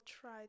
try